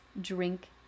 drink